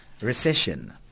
recession